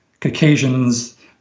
Caucasians